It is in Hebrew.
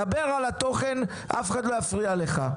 דבר על התוכן ואף אחד לא יפריע לך.